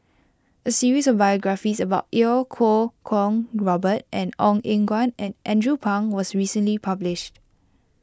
a series of biographies about Iau Kuo Kwong Robert Ong Eng Guan and Andrew Phang was recently published